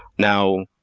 now,